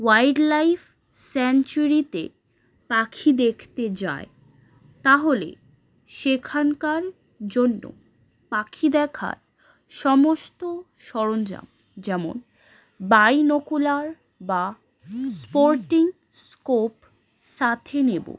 wildlife স্যাঙ্চুরিতে পাখি দেখতে যায় তাহলে সেখানকার জন্য পাখি দেখার সমস্ত সরঞ্জাম যেমন বাইনোকুলার বা স্পটিং স্কোপ সাথে নেবো